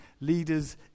leaders